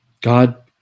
God